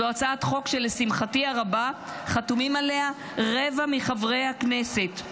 זו הצעת חוק שלשמחתי הרבה חתומים עליה רבע מחברי הכנסת,